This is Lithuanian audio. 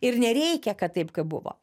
ir nereikia kad taip kaip buvo